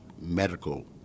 medical